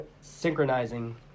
Synchronizing